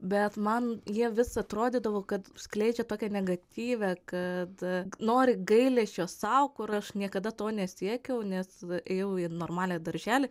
bet man jie vis atrodydavo kad skleidžia tokią negatyvią kad nori gailesčio sau kur aš niekada to nesiekiau nes ėjau į normalią darželį